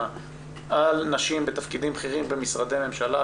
על נשים בתפקידים בכירים במשרדי ממשלה,